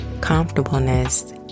comfortableness